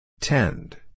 Tend